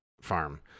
farm